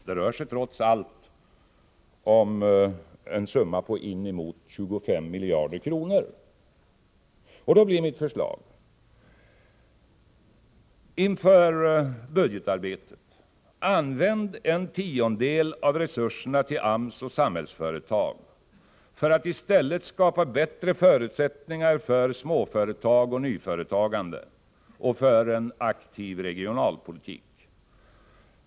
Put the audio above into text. Det rör sig trots allt om en summa på inemot 25 miljarder kronor. Då blir mitt förslag inför budgetarbetet: Använd en tiondel av resurserna till AMS och Samhällsföretag för att i stället skapa bättre förutsättningar för småföretag, nyföretagande och för en aktiv regionalpolitik.